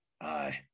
Aye